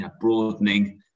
broadening